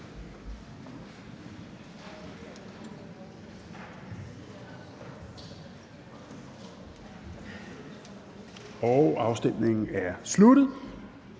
Afstemningen er sluttet.